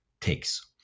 takes